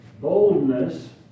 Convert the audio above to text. boldness